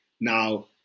Now